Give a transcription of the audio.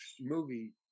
movie